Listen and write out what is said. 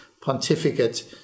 pontificate